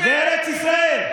זה ארץ ישראל.